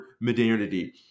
modernity